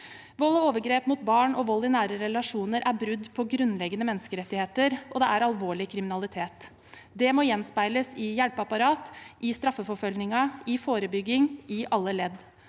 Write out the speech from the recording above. Vold og overgrep mot barn og vold i nære relasjoner er brudd på grunnleggende menneskerettigheter, og det er alvorlig kriminalitet. Det må gjenspeiles i hjelpeapparatet, i straffeforfølgningen, i forebyggingen – i alle ledd.